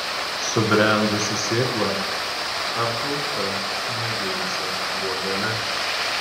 subrendusi sėkla apgaubta sumedėjusia luobele